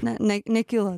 ne ne nekilo